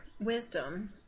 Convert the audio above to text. wisdom